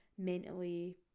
mentally